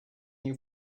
you